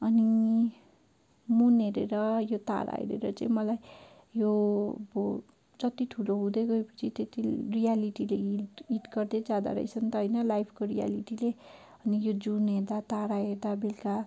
अनि मुन हेरेर यो तारा हेरेर चाहिँ मलाई यो अब जति ठुलो हुँदै गयोपछि त्यति रियालिटीदेखि हिट गर्दै जाँदोरहेछ नि त होइन लाइफको रियालिटी चाहिँ अनि यो जुन हेर्दा तारा हेर्दा बेलुका